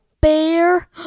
bear